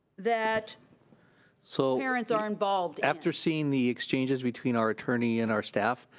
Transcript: that so parents are involved after seeing the exchanges between our attorney and our staff,